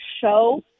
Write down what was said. show